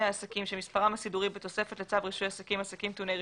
העסקים שמפרסם הסידורי בתוספת לצו רישוי עסקים (עסקים טעוני רישוי),